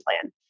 plan